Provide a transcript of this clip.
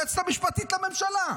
היועצת המשפטית לממשלה.